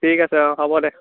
ঠিক আছে অঁ হ'ব দে